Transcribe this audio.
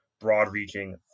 broad-reaching